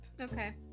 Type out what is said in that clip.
Okay